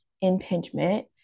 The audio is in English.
impingement